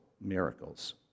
miracles